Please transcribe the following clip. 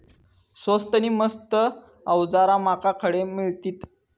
स्वस्त नी मस्त अवजारा माका खडे मिळतीत?